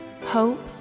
hope